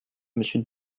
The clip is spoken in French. monsieur